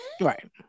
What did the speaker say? right